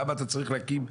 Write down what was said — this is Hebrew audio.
למה אתה צריך להקים?